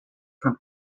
from